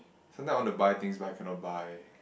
sometime I want to buy things but I cannot buy